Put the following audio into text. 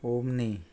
omni